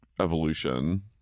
evolution